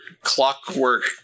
clockwork